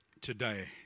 today